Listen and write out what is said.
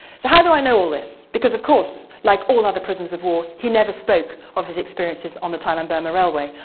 so how do i know all this? because, of course, like all other prisoners of war, he never spoke of his experiences on the thailand-burma railway,